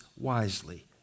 wisely